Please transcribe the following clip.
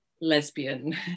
lesbian